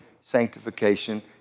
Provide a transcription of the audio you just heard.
sanctification